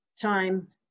time